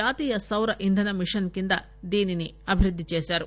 జాతీయ సౌర ఇంధన మిషన్ కింద దీనిని అభివృద్ది చేశారు